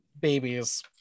Babies